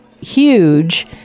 huge